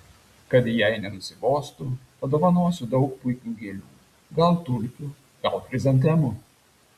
kad jai nenusibostų padovanosiu daug puikių gėlių gal tulpių gal chrizantemų